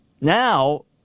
now